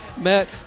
Matt